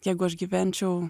jeigu aš gyvenčiau